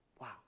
Wow